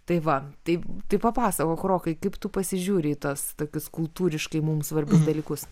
tai va taip tai papasakok rokai kaip tu pasižiūri į tuos tokius kultūriškai mums svarbius dalykus